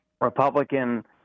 Republican